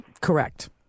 Correct